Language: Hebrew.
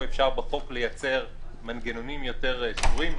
אפשר בחוק לייצר מנגנונים יותר סדורים,